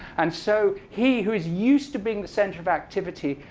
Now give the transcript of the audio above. and so he, who is used to being the center of activity,